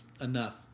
enough